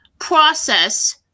process